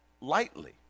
lightly